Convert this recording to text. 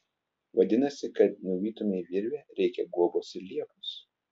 vadinasi kad nuvytumei virvę reikia guobos ir liepos